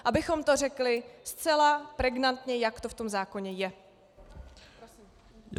Abychom to řekli zcela pregnantně, jak to v tom zákoně je.